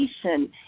education